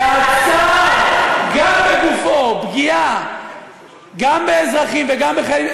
ועצר גם בגופו פגיעה גם באזרחים וגם בחיילים,